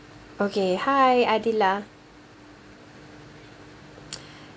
okay hi adila